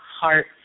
heart